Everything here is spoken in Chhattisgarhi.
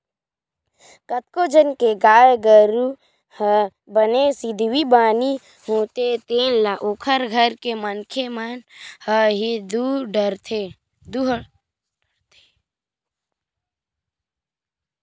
कतको झन के गाय गरु ह बने सिधवी बानी होथे तेन ल ओखर घर के मनखे मन ह ही दूह डरथे